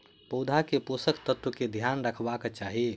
पौधा के पोषक तत्व के ध्यान रखवाक चाही